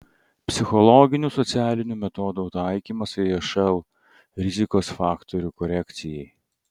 psichologinių socialinių metodų taikymas išl rizikos faktorių korekcijai